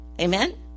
Amen